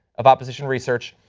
of opposition research,